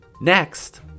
Next